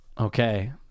Okay